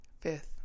Fifth